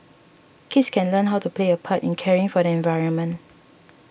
kids can learn how to play a part in caring for the environment